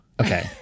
Okay